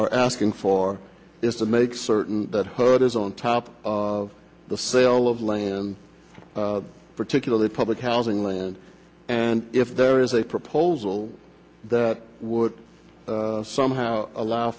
asking for is to make certain that heard is on top of the sale of land particularly public housing land and if there is a proposal that would somehow allow